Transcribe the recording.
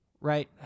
right